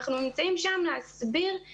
אנחנו נמצאים שם להסביר,